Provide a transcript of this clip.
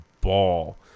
ball